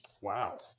Wow